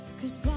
cause